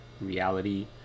reality